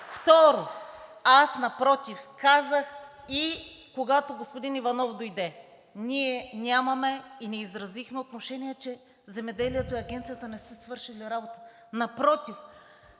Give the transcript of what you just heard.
Второ, напротив, аз казах и когато господин Иванов дойде, ние нямаме и не изразихме отношение, че земеделието и Агенцията не са свършили работа. Напротив,